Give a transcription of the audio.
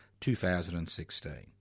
2016